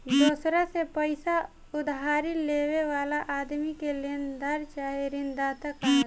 दोसरा से पईसा उधारी लेवे वाला आदमी के लेनदार चाहे ऋणदाता कहाला